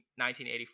1984